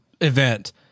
event